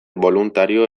boluntario